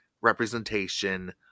representation